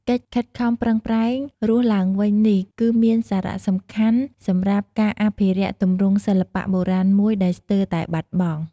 កិច្ចខិតខំប្រឹងប្រែងរស់ឡើងវិញនេះគឺមានសារៈសំខាន់សម្រាប់ការអភិរក្សទម្រង់សិល្បៈបុរាណមួយដែលស្ទើតែបាត់បង់។